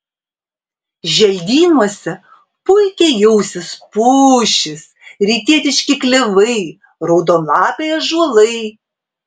želdynuose puikiai jausis pušys rytietiški klevai raudonlapiai ąžuolai